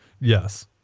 yes